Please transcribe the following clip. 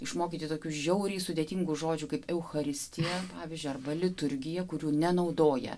išmokyti tokių žiauriai sudėtingų žodžių kaip eucharistija pavyzdžiui arba liturgija kurių nenaudoja